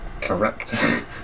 Correct